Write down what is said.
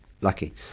Lucky